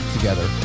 Together